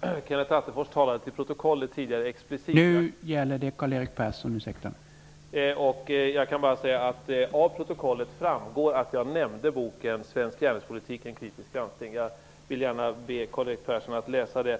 Herr talman! Kenneth Attefors talade tidigare till protokollet. Jag kan bara säga att det av protokollet framgår att jag nämnde boken Svensk järnvägspolitik, en kritisk granskning. Jag vill gärna be Karl-Erik Persson att läsa det.